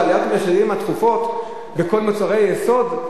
עליות המחירים התכופות בכל מוצרי היסוד?